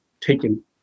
taken